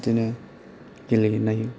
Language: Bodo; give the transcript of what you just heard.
बिदिनो गेलेनाय